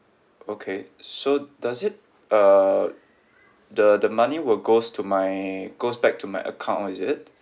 okay so does it uh the the money will goes to my goes back to my account is it